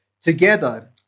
together